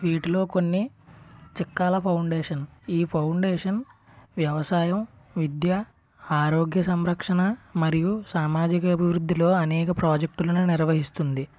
వీటిలో కొన్ని చిక్కాల ఫౌండేషన్ ఈ ఫౌండేషన్ వ్యవసాయం విద్య ఆరోగ్య సంరక్షణ మరియు సామాజిక అభివృద్ధిలో అనేక ప్రాజెక్టులను నిర్వహిస్తుంది